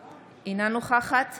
אינו נוכח שרן מרים השכל,